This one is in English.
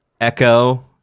echo